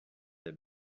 des